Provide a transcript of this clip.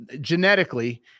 genetically